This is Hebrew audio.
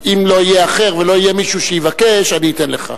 אם לא יהיה אחר ולא יהיה מישהו שיבקש, אני אתן לך.